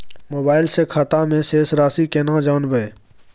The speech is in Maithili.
मोबाइल से खाता में शेस राशि केना जानबे?